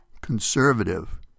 Conservative